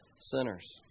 sinners